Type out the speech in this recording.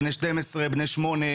בני שמונה,